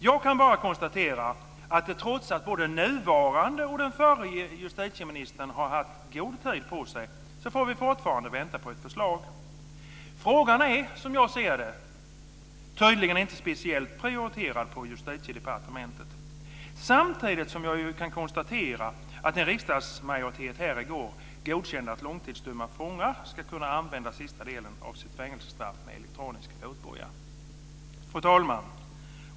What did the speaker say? Jag kan bara konstatera att trots att både den nuvarande och den förra justitieministern haft god tid på sig får vi fortsätta att vänta på ett förslag. Frågan är, som jag ser det, tydligen inte speciellt prioriterad på Justitiedepartementet. Samtidigt kan jag dock konstatera att en riksdagsmajoritet här i går godkände att långtidsdömda fångar ska kunna avtjäna sista delen av sitt fängelsestraff med elektronisk fotboja. Fru talman!